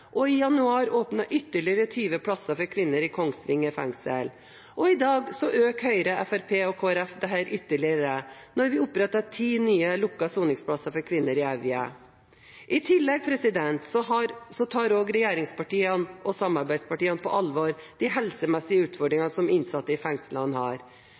og i januar åpner ytterligere 20 plasser for kvinner i Kongsvinger fengsel. Og i dag øker Høyre, Fremskrittspartiet og Kristelig Folkeparti dette ytterligere når vi oppretter ti nye lukkede soningsplasser for kvinner på Evje. I tillegg tar regjeringspartiene og samarbeidspartiene på alvor de helsemessige utfordringer som innsatte i fengslene har.